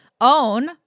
own